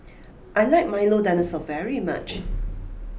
I like Milo Dinosaur very much